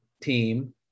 team